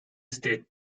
state